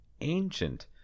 ancient